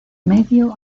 medio